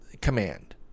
command